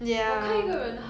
ah 就是